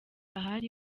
ahari